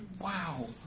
Wow